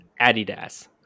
Adidas